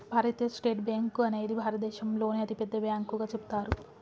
భారతీయ state bank అనేది భారతదేశంలోనే అతిపెద్ద బ్యాంకుగా చెబుతారు